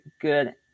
good